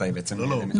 קשה לדעת.